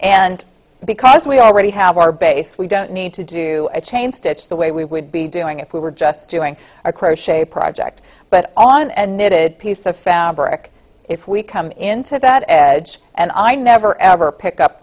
and because we already have our base we don't need to do a chain stitch the way we would be doing if we were just doing our crochet project but on and knitted piece of fabric if we come in to that edge and i never ever pick up